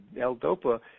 L-DOPA